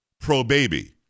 pro-baby